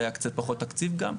היה קצת פחות תקציב גם,